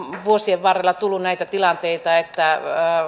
vuosien varrella tullut näitä tilanteita että